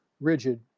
rigid